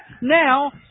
now